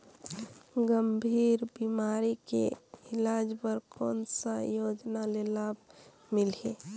गंभीर बीमारी के इलाज बर कौन सा योजना ले लाभ मिलही?